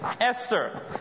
Esther